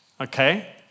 okay